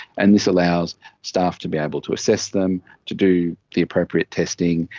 and this allows staff to be able to assess them, to do the appropriate testing,